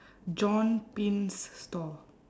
john pins store